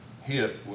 hit